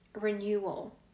renewal